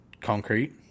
Concrete